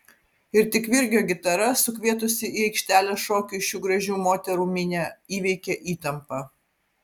ir tik virgio gitara sukvietusi į aikštelę šokiui šių gražių moterų minią įveikė įtampą